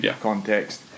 context